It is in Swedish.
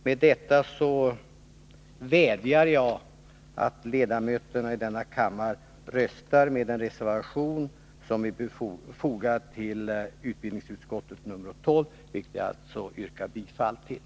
Med detta vädjar jag om att ledamöterna i denna kammare röstar med den reservation som är fogad till utbildningsutskottets betänkande nr 12 och som jag alltså yrkar bifall till.